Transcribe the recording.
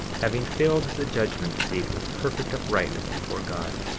having filled the judgment-seat with perfect uprightness before god.